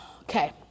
Okay